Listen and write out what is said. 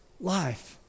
life